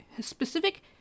specific